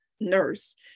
nurse